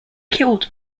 killed